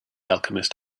alchemist